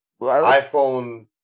iPhone